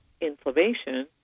inflammation